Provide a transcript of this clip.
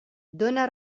dóna